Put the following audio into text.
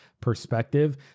perspective